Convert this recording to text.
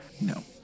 No